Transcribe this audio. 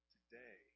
Today